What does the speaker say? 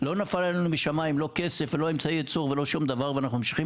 לא נפל עלינו משמים לא כסף ולא אמצעי ייצור ולא שום דבר ואנחנו ממשיכים